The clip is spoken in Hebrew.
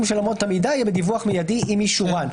של אמות המידה יהיה בדיווח מידי עם אישורן.